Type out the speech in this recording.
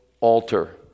altar